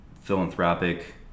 Philanthropic